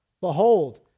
Behold